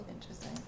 Interesting